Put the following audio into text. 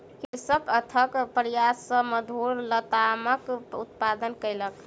कृषक अथक प्रयास सॅ मधुर लतामक उत्पादन कयलक